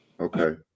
Okay